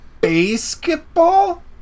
basketball